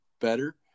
better